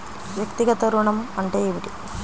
వ్యక్తిగత ఋణం అంటే ఏమిటి?